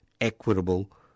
equitable